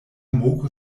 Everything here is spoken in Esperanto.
moko